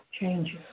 changes